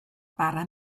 bara